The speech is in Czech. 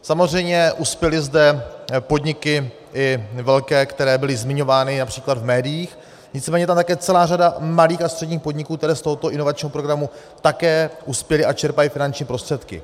Samozřejmě, uspěly zde podniky i velké, které byly zmiňovány například v médiích, nicméně je tam také celá řada malých a středních podniků, které z tohoto inovačního programu také uspěly a čerpají finanční prostředky.